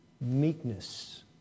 Meekness